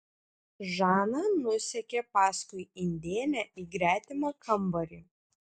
žana nusekė paskui indėnę į gretimą kambarį